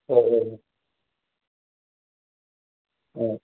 ആ ആ ആ ആ